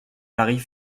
paris